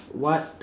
what